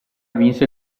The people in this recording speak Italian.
vinse